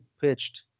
pitched